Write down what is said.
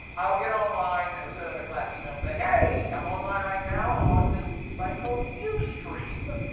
i'll get online and i'll send on a class email saying, hey, i'm online right now on this site called ustream.